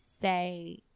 say